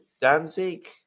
Danzig